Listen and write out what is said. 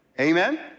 Amen